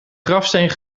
grafsteen